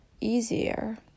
easier